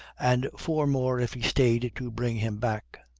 and four more if he stayed to bring him back.